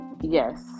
yes